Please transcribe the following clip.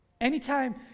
Anytime